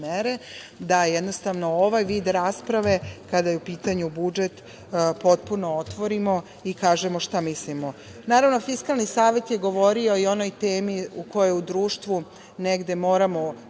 mere, da ovaj vid rasprave kada je u pitanju budžet potpuno otvorimo i kažemo šta mislimo. Fiskalni savet je govorio i o onoj temi o kojoj u društvu moramo